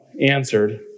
answered